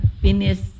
finish